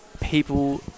people